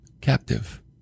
Captive